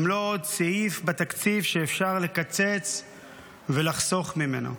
הם לא עוד סעיף בתקציב שאפשר לקצץ ולחסוך ממנו.